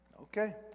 Okay